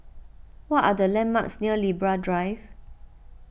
what are the landmarks near Libra Drive